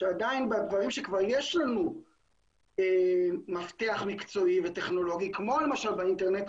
שעדיין בדברים שכבר יש לנו מפתח מקצועי וטכנולוגי ,כמו למשל באינטרנט,